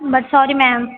but sorry ma'am